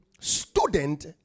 student